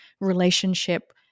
relationship